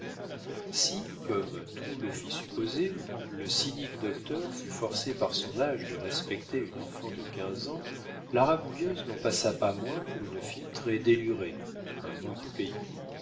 si comme tout le fit supposer le cynique docteur fut forcé par son âge de respecter une enfant de quinze ans la rabouilleuse n'en passa pas moins pour une fille très délurée un mot du pays